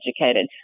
educated